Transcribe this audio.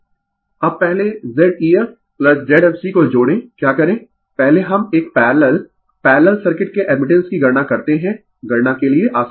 तो Zeg अब पहले Z efZfg को जोड़ें क्या करें पहले हम एक पैरलल पैरलल सर्किट circuit के एडमिटेंस की गणना करते है गणना के लिए आसान है